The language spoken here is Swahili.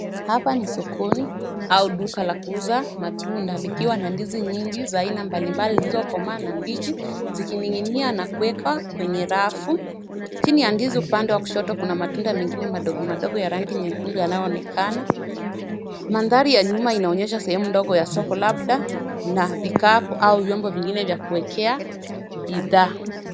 Hapa ni sokoni au duka la kuuza matunda likiwa na ndizi nyingi za aina mbalimbali zilizo komaa na mbichi, zikininginia na kuwekwa kwenye rafu. Chini ya ndizi upande wa kushoto kuna matunda mengine madogo madogo ya rangi nyekundu yanayoonekana. Mathaari ya nyuma inaonyesha sehemu ndogo ya soko labda na vikapu au vyombo vingine vya kuekea bidhaa.